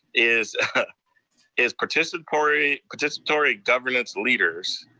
is is participatory participatory governance leaders,